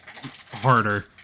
harder